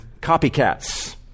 copycats